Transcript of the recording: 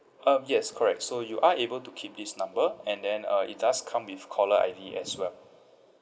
um yes correct so you are able to keep this number and then uh it does come with caller I_D as well